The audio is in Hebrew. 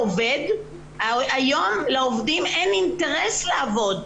היום לעובדים אין אינטרס לעבוד.